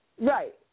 Right